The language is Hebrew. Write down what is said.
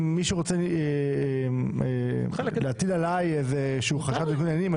אם מישהו רוצה להטיל עלי חשד לניגוד עניינים,